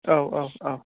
औ औ औ